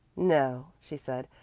no, she said,